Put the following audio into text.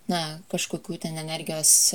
na kažkokių ten energijos